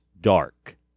dark